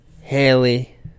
Haley